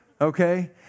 Okay